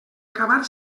acabar